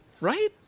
Right